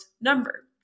number